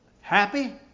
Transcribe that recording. happy